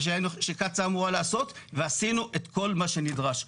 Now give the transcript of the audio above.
שקצא"א אמורה לעשות ועשינו את כל מה שנדרש,